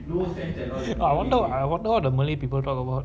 I wonder I wonder what the malay people talk about